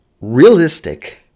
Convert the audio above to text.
realistic